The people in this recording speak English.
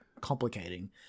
complicating